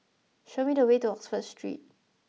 show me the way to Oxford Street